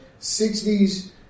60s